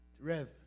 rev